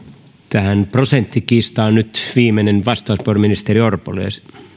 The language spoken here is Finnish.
tähän prosenttikiistaan nyt viimeinen vastauspuheenvuoro ministeri orpolle